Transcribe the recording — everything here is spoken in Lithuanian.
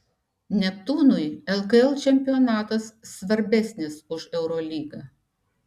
neptūnui lkl čempionatas svarbesnis už eurolygą